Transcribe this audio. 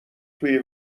توی